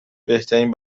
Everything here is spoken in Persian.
بهترین